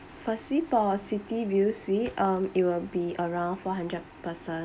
firstly for city view suit um it will be around four hundred person